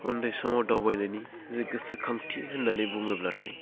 उन्दै समाव दावबायनायनि गोसोखांथि होन्नानै बुङोब्लाथाय